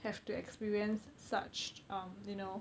have to experience such um you know